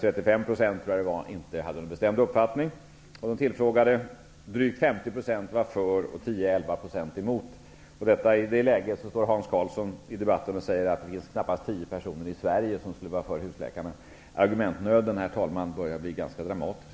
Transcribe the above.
35 % hade inte någon bestämd uppfattning, drygt 50 % var för och tio elva procent var emot. I det läget står Hans Karlsson och säger att det finns knappt tio personer i Sverige som är för husläkare. Argumentnöden, herr talman, börjar bli ganska dramatisk.